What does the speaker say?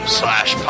slash